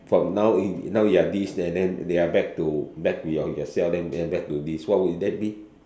from now now now you are this and then you are back to back to yourself and then back to this what would that be